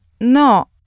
No